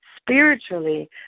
spiritually